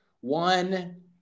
one